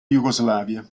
jugoslavia